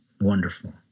wonderful